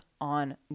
on